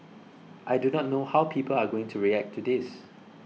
I do not know how people are going to react to this